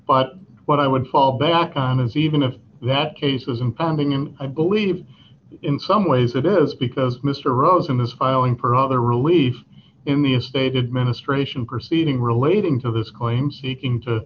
but what i would fall back on is even if that case was impending and i believe in some ways it is because mr rosen is filing for other relief in the stated ministration proceeding relating to this claim seeking to